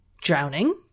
drowning